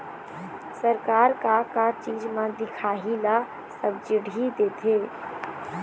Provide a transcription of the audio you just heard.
सरकार का का चीज म दिखाही ला सब्सिडी देथे?